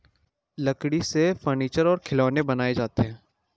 लकड़ी से फर्नीचर और खिलौनें बनाये जाते हैं